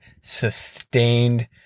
sustained